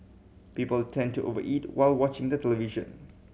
people tend to over eat while watching the television